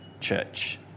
church